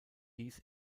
dies